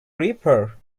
reaper